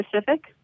specific